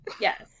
Yes